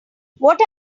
what